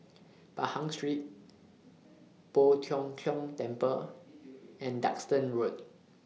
Pahang Street Poh Tiong Kiong Temple and Duxton Road